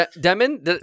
Demon